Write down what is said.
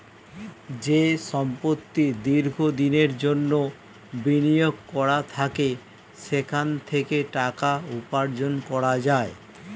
যে সম্পত্তি দীর্ঘ দিনের জন্যে বিনিয়োগ করা থাকে সেখান থেকে টাকা উপার্জন করা যায়